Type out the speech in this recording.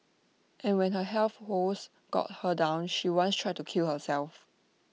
and when her health wo woes got her down she once tried to kill herself